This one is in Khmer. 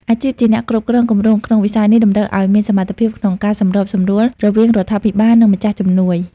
អាជីពជាអ្នកគ្រប់គ្រងគម្រោង ក្នុងវិស័យនេះ តម្រូវឱ្យមានសមត្ថភាពក្នុងការសម្របសម្រួលរវាងរដ្ឋាភិបាល និងម្ចាស់ជំនួយ។